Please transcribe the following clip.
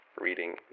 reading